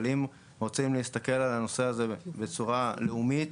אבל אם רוצים להסתכל על הנושא הזה בצורה לאומית,